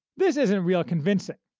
this isn't real convincing,